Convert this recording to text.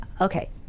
okay